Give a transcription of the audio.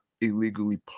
illegally